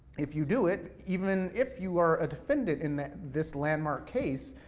if you do it, even if you are a defendant in this landmark case,